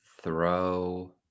throw